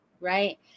right